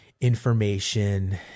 information